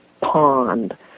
pond